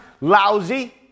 Lousy